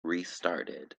restarted